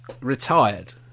retired